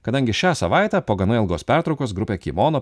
kadangi šią savaitę po gana ilgos pertraukos grupė kimono